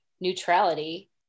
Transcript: neutrality